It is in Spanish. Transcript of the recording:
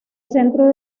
centro